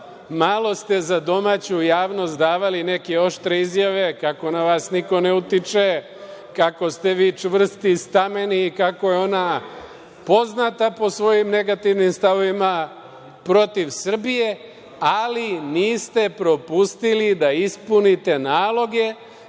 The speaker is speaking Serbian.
malo ste za domaću javnost davali neke oštre izjave kako na vas niko ne utiče, kako ste vi čvrsti i stameni i kako je ona poznata po svojim negativnim stavovima protiv Srbije, ali niste propustili da ispunite naloge